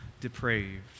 depraved